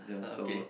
uh okay